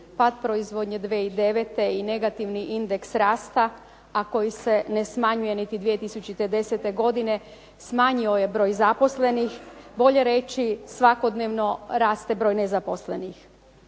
Pad proizvodnje 2009. i negativni indeks rasta, a koji se ne smanjuje niti 2010. godine smanjio je broj zaposlenih, bolje reći svakodnevno raste broj nezaposlenih.